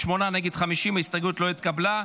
בעד, 38, נגד, 50. ההסתייגות לא התקבלה.